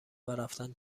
ورفتن